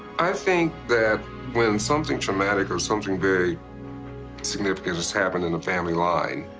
i think that when something traumatic or something very significant has happened in a family line,